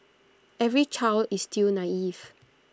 every child is still naive